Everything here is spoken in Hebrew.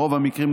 ברוב המקרים,